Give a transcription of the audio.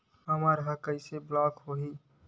हमर ह कइसे ब्लॉक होही?